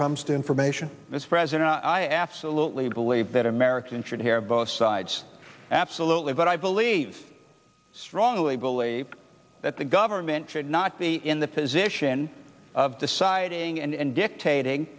comes to information this president i absolutely believe that americans should hear both sides absolutely but i believe strongly believe that the government should not be in the position of deciding and dictating